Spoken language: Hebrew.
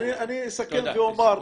אני אסכם ואומר,